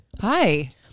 Hi